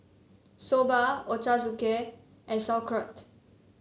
Soba Ochazuke and Sauerkraut